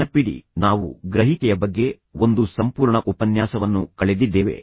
ನೆನಪಿಡಿ ನಾವು ಗ್ರಹಿಕೆಯ ಬಗ್ಗೆ ಒಂದು ಸಂಪೂರ್ಣ ಉಪನ್ಯಾಸವನ್ನು ಕಳೆದಿದ್ದೇವೆ